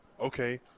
okay